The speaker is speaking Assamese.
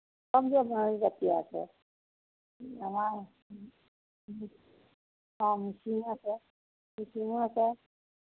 জাতী আছে আমাৰ মিচিঙো আছে মিচিঙো আছে